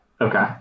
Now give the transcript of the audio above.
Okay